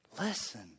Listen